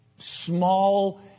small